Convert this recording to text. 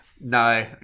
No